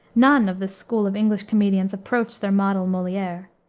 none of this school of english comedians approached their model, moliere.